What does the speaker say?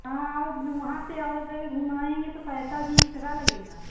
हाँ और वहाँ पर और जगह घुमाएँगे तो पैसा भी एक्स्ट्रा लगेगा